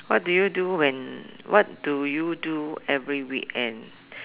what do you do when what do you do every weekend